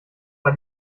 war